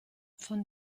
von